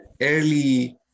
early